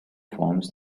forms